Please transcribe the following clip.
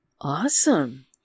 Awesome